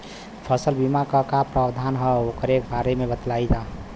फसल बीमा क का प्रावधान हैं वोकरे बारे में बतावल जा?